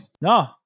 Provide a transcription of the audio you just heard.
no